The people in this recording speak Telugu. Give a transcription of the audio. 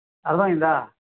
అర్థమైందా